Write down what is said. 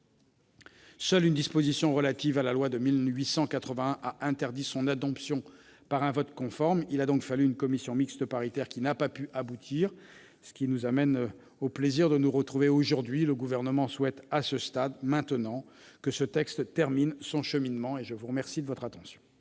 Seule une disposition relative à la loi de 1881 a interdit son adoption par un vote conforme. Il a donc fallu une commission mixte paritaire, qui n'a pu aboutir, ce qui nous vaut le plaisir de nous retrouver aujourd'hui. Le Gouvernement souhaite maintenant que ce texte termine son cheminement. La parole est à M.